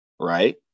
right